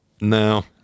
no